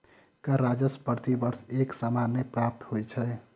कर राजस्व प्रति वर्ष एक समान नै प्राप्त होइत छै